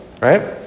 right